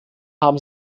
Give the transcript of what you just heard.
haben